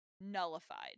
nullified